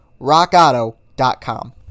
rockauto.com